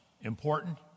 important